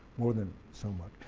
more than somewhat.